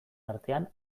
artean